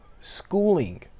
schooling